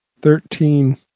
Thirteen